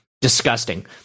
disgusting